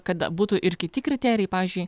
kad būtų ir kiti kriterijai pavyzdžiui